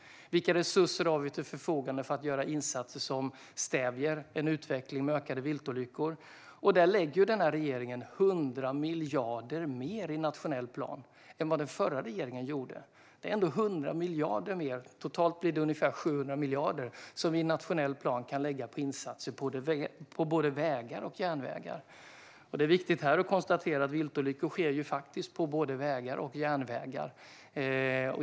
Vilka resurser har vi till vårt förfogande för insatser som stävjar en utveckling med ökade viltolyckor? Där lägger den här regeringen ändå 100 miljarder mer i nationell plan än vad den förra regeringen gjorde. Totalt blir det ungefär 700 miljarder som vi i nationell plan kan lägga på insatser på både vägar och järnvägar, för det är viktigt att konstatera att viltolyckor ju sker både på vägar och järnvägar.